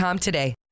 today